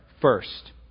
first